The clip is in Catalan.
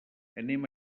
anem